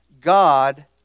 God